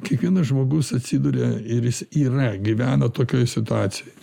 kiekvienas žmogus atsiduria ir jis yra gyvena tokioj situacijoj